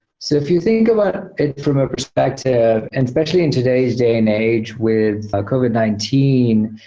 so if you think about it from a perspective, and especially in today's day and age with covid nineteen,